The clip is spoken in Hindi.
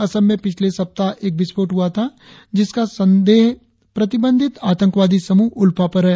असम में पिछले सप्ताह एक विस्फोट हुआ था जिसका संदेश प्रतिबंधित आतंकवादी समूह उल्फा पर है